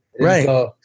Right